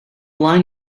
line